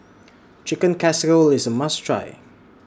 Chicken Casserole IS A must Try